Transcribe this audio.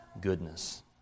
goodness